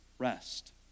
Rest